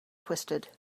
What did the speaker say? twisted